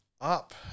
up